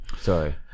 Sorry